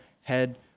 head